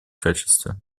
качестве